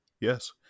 yes